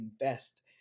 invest